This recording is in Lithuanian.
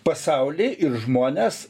pasaulį ir žmones